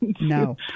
No